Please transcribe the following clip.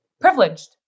Privileged